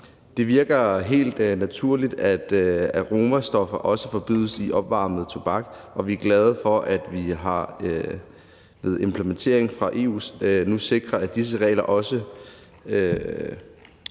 Det virker helt naturligt, at aromastoffer også forbydes i opvarmet tobak, og vi er glade for, at vi ved implementering fra EU nu sikrer, at disse regler også